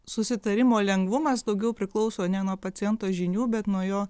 susitarimo lengvumas daugiau priklauso ne nuo paciento žinių bet nuo jo